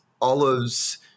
olives